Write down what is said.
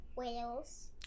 Whales